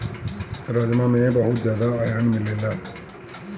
राजमा में बहुते जियादा आयरन मिलेला